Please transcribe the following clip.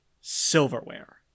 silverware